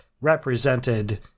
represented